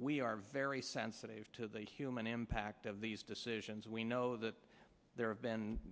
we are very sensitive to the human impact of these decisions we know that there have been